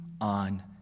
on